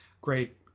Great